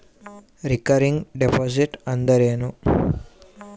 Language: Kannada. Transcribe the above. ರಿಕರಿಂಗ್ ಡಿಪಾಸಿಟ್ ಅಂದರೇನು?